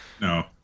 No